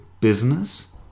business